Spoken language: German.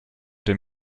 den